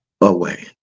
away